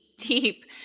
Deep